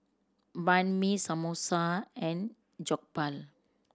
Banh Mi Samosa and Jokbal